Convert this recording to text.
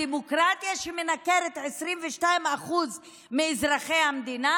הדמוקרטיה שמנכרת 22% מאזרחי המדינה?